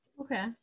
okay